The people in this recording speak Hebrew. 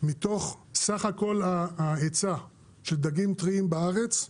מתוך סך הכול ההיצע של דגים טריים בארץ,